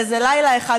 באיזה לילה אחד,